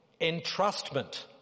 entrustment